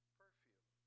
perfume